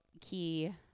key